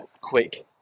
quick